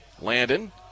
Landon